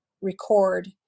record